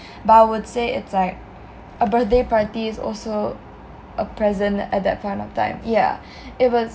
but I would say it's like a birthday party is also a present at that point of time yah it was